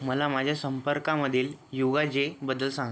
मला माझ्या संपर्कामधील युगा जेबद्दल सांग